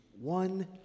One